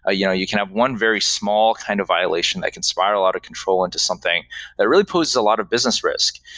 ah you know you can have one very small kind of violation that can spiral out of control into something that really post a lot of business risk.